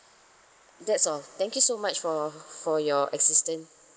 that's all thank you so much for for your assistant